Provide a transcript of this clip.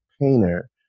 painter